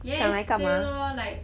yes 对 lor like